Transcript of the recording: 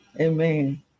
Amen